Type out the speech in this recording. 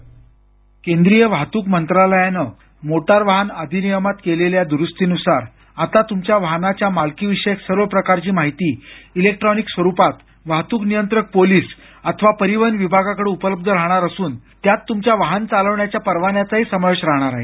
script केंद्रीय वाहतूक मंत्रालयानं मोटार वाहन अधिनियमात केलेल्या द्रुस्तीन्सार आता तूमच्या वाहनांच्या मालकीविषयक सर्व प्रकारची माहिती इलेक्ट्रॉनिक स्वरूपात वाहतूक नियंत्रक पोलिस अथवा परिवहन विभागाकडं उपलब्ध राहणार असून त्यात तुमच्या वाहन चालवण्याच्या परवान्याचाही समावेश राहणार आहे